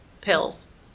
Pills